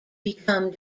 become